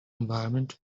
environment